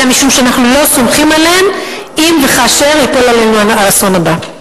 אלא משום שאנחנו לא סומכים עליהם אם וכאשר ייפול עלינו האסון הבא.